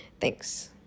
Thanks